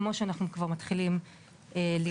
כמו שאנחנו כבר מתחילים לראות.